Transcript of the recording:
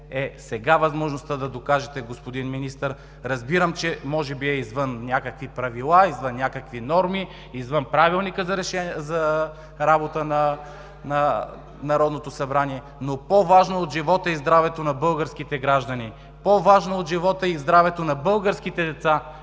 не, сега е възможността да докажете, господин Министър. Разбирам, че може би е извън някакви правила, извън някакви норми, извън Правилника за работа на Народното събрание, но по-важно от живота и здравето на българските граждани, по-важно от живота и здравето на българските деца,